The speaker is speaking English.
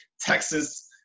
Texas